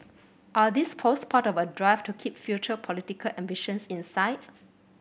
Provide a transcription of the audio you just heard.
are these posts part of a drive to keep future political ambitions in sights